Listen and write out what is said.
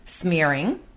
smearing